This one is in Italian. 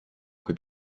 cui